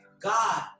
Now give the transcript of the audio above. God